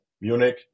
Munich